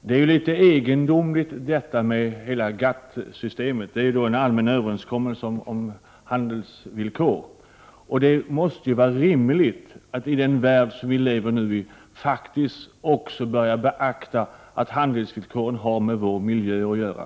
Herr talman! Hela GATT-systemet är litet egendomligt. Det är en allmän överenskommelse om handelsvillkor. I den värld vi lever i nu måste det vara rimligt att faktiskt också börja beakta att handelsvillkoren har med vår miljö att göra.